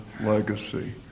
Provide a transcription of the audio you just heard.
Legacy